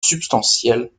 substantiel